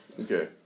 Okay